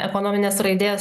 ekonominės raidės